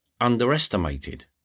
underestimated